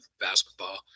basketball